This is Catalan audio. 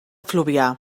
fluvià